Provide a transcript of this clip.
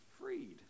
freed